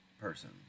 person